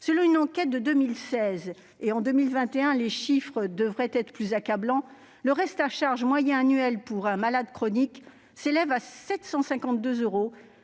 Selon une enquête réalisée en 2016- en 2021, les chiffres devraient être plus accablants -, le reste à charge moyen annuel pour un malade chronique s'élève à 752 euros.